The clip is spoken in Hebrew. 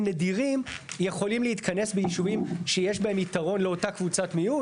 נדירים יכולים להתכנס בישובים שיש בהם יתרון לאותה קבוצת מיעוט.